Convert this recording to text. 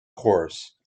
course